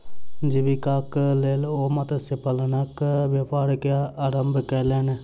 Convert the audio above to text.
जीवीकाक लेल ओ मत्स्य पालनक व्यापार के आरम्भ केलैन